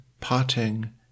potting